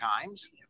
times